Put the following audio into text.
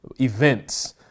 events